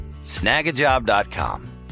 snagajob.com